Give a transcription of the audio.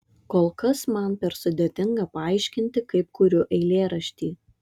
kol kas man per sudėtinga paaiškinti kaip kuriu eilėraštį